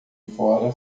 fora